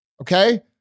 okay